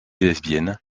lesbienne